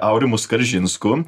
aurimu skaržinsku